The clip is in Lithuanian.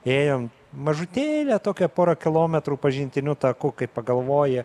ėjom mažutėlę tokią porą kilometrų pažintiniu taku kai pagalvoji